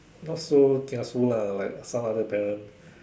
not so kiasu lah like some other parents